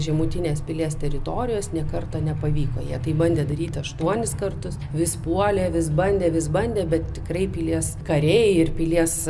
žemutinės pilies teritorijos nė karto nepavyko jie tai bandė daryti aštuonis kartus vis puolė vis bandė vis bandė bet tikrai pilies kariai ir pilies